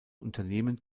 unternehmen